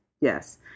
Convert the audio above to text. Yes